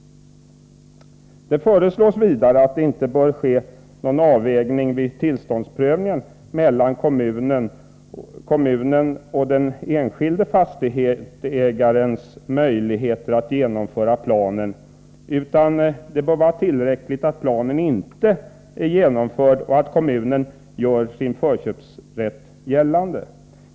Det föreslås vidare att det inte skall ske någon avvägning vid tillståndsprövningen mellan kommunens och den enskilde fastighetsägarens möjligheter att genomföra planen, utan det bör vara tillräckligt att planen inte är genomförd och att kommunen gör sin förköpsrätt gällande.